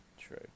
True